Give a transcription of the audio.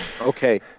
Okay